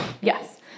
Yes